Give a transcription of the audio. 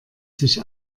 sich